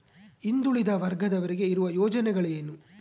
ಹಿಂದುಳಿದ ವರ್ಗದವರಿಗೆ ಇರುವ ಯೋಜನೆಗಳು ಏನು?